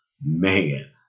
man